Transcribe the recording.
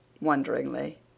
wonderingly